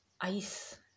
ice